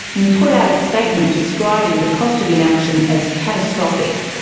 and put out a statement describing the cost of inaction as catastrophic.